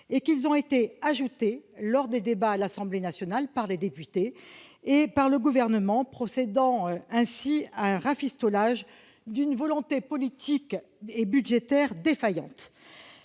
: ils ont été ajoutés lors des débats à l'Assemblée nationale, autant par les députés que par le Gouvernement, procédant au rafistolage d'une volonté politique et budgétaire défaillante.